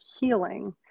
healing